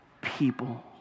people